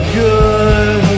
good